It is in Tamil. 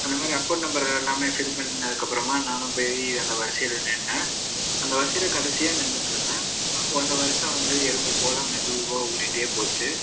அந்த மாரி அக்கௌண்ட் நம்பர் எல்லாமே ஃபில் பண்ணதுக்கப்புறமாக நானும் போய் அந்த வரிசையில் நின்றேன் அந்த வரிசையில் கடைசியாக நின்றிட்ருந்தேன் அப்போ அந்த வரிசை வந்து எறும்பு போல் மெதுவாக ஊறிகிட்டே போச்சு